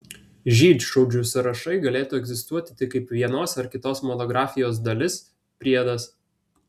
žydšaudžių sąrašai galėtų egzistuoti tik kaip vienos ar kitos monografijos dalis priedas